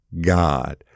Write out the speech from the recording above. God